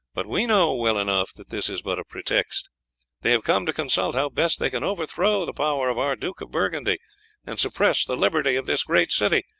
but we know well enough that this is but a pretext they have come to consult how best they can overthrow the power of our duke of burgundy and suppress the liberty of this great city.